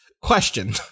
Question